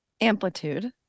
amplitude